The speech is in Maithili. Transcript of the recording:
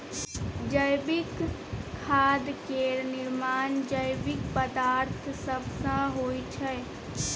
जैविक खाद केर निर्माण जैविक पदार्थ सब सँ होइ छै